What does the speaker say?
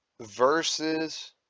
versus